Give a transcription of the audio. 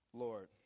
Lord